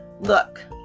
look